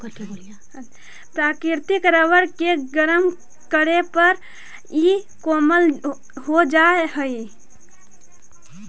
प्राकृतिक रबर के गरम करे पर इ कोमल हो जा हई